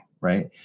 right